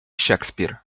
shakespeare